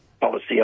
policy